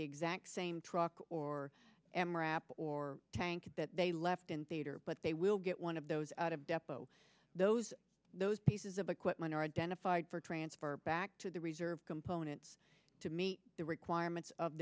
he exact same truck or m wrap or tank that they left in theater but they will get one of those out of depo those those pieces of equipment are identified for transfer back to the reserve components to meet the requirements of